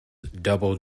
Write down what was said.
double